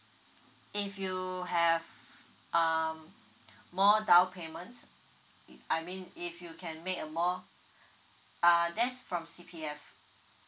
if you have um more down payments if I mean if you can make a more err that's from C_P_F